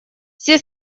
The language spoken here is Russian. все